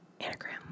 anagram